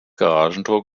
garagentor